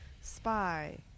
spy